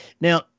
Now